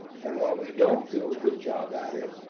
and when we don't do a good job at it,